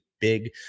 big